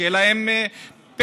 שיהיה להם פטם,